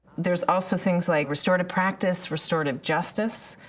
there's also things like restorative practice, restorative justice.